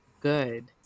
good